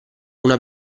una